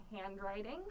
handwriting